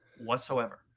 whatsoever